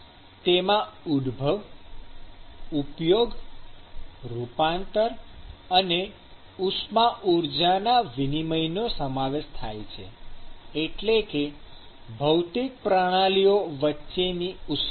તેમાં ઉદભવ ઉપયોગ રૂપાંતર અને ઉષ્મા ઊર્જાના વિનિમયનો સમાવેશ થાય છે એટલે કે ભૌતિક પ્રણાલીઓ વચ્ચે ની ઉષ્મા